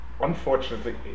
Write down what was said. unfortunately